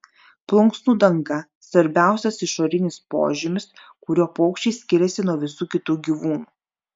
plunksnų danga svarbiausias išorinis požymis kuriuo paukščiai skiriasi nuo visų kitų gyvūnų